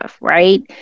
Right